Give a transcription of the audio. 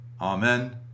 Amen